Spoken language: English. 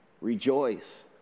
rejoice